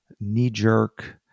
knee-jerk